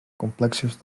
complexos